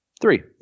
Three